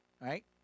Right